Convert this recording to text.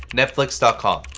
netflix but com.